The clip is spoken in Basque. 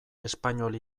espainol